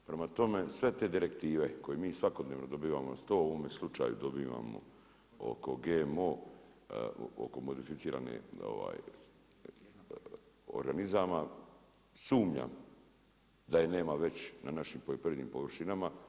Prema tome, sve te direktive koje mi svakodnevno dobivamo na stol, u ovome slučaju dobivamo oko GMO oko modificirani organizama, sumnjam da je nema već na našim poljoprivrednim površinama.